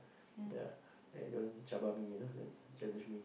yeah eh don't cabar me you know don't challenge me